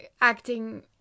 acting